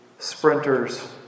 sprinters